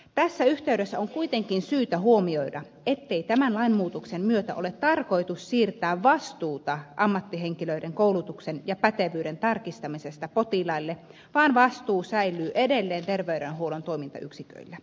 tässä yhteydessä on kuitenkin syytä huomioida ettei tämän lainmuutoksen myötä ole tarkoitus siirtää vastuuta ammattihenkilöiden koulutuksen ja pätevyyden tarkistamisesta potilaille vaan vastuu säilyy edelleen terveydenhuollon toimintayksiköillä